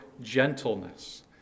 gentleness